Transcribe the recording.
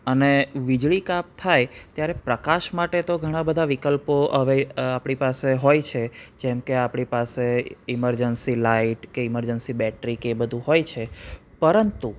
અને વીજળી કાપ થાય ત્યારે પ્રકાશ માટે તો ઘણા બધા વિકલ્પો હવે આપણી પાસે હોય છે જેમ કે આપણે આપણી ઇમરજન્સી લાઇટ કે ઇમરજન્સી બેટરી કે એ બધું હોય છે પરંતુ